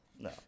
no